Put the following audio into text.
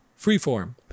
Freeform